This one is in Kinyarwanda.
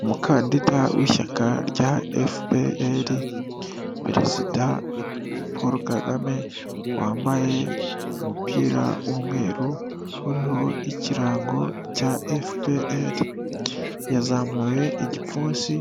Umukandida w'ishyaka rya FPR perezida Paul Kagame wambaye umupira w'umweru uriho ikirango cya FPR, yazamuye igipfunsi;